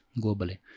globally